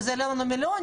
וזה יעלה לנו מיליונים,